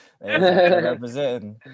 representing